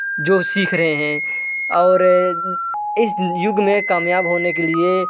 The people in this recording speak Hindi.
जो सीख रहे हैं और इस युग में कामयाब होने के लिए